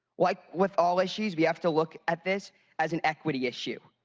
like with all issues, we have to look at this as an equity issue.